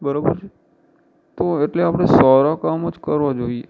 બરાબર છે તો એટલે આપણે સારાં કામ જ કરવા જોઈએ